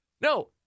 No